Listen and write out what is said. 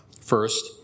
First